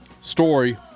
story